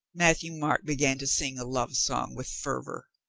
matthieu-marc began to sing a love song with fervor.